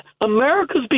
America's